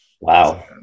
Wow